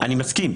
אני מסכים,